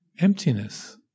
emptiness